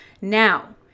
Now